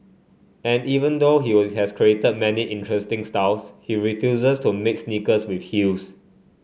and even though he were has created many interesting styles he refuses to make sneakers with heels